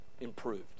improved